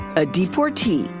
a deportee,